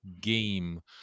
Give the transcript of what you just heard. game